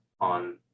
on